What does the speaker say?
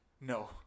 no